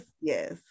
yes